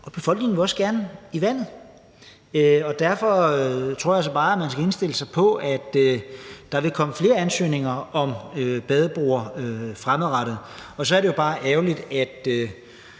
og befolkningen vil også gerne bruge vandet. Derfor tror jeg altså bare, at man skal indstille sig på, at der vil komme flere ansøgninger om badebroer fremadrettet, og så er det jo bare ærgerligt, at